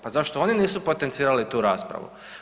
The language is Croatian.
Pa zašto oni nisu potencirali tu raspravu?